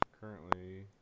currently